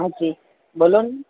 હાજી બોલોન